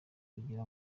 kugira